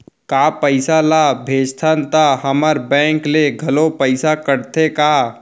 का पइसा ला भेजथन त हमर बैंक ले घलो पइसा कटथे का?